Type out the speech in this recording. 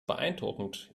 beeindruckend